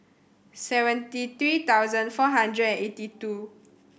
seventy three thousand four hundred and eighty two